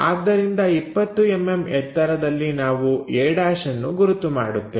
ಆದ್ದರಿಂದ 20mm ಎತ್ತರದಲ್ಲಿ ನಾವು a' ಅನ್ನು ಗುರುತು ಮಾಡುತ್ತೇವೆ